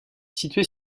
situé